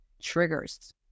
triggers